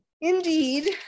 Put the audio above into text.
Indeed